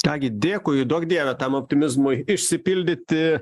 ką gi dėkui duok dieve tam optimizmui išsipildyti